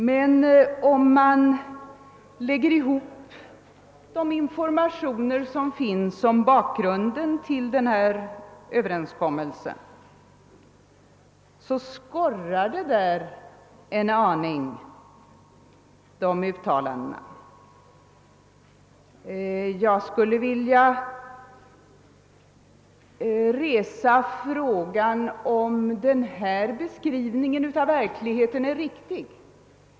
Men om man lägger ihop de informationer som finns om bakgrunden till denna överenskommelse finner man att de uttalandena skorrar en aning falskt. Jag skulle vilja resa frågan om denna beskrivning av verkligheten är riktig.